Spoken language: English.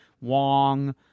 Wong